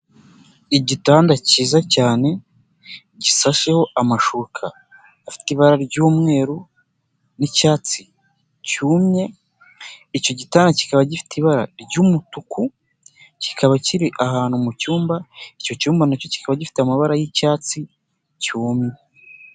Igitanda kiza cyane gisasheho amashuka afite ibara ry'umweru n'icyatsi cyumye, icyo gitanda kikaba gifite ibara ry'umutuku, kikaba kiri ahantu mu cyumba, icyo cyumba na cyo kikaba gifite amabara y'icyatsi cyumye.